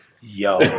Yo